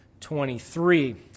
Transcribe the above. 23